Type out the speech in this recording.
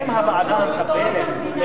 הם הוועדה המטפלת.